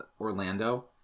Orlando